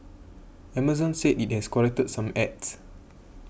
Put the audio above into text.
Amazon said it has corrected some ads